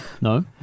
No